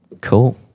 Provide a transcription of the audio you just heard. Cool